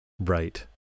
Right